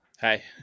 Hi